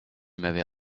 m’avez